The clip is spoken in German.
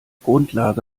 grundlage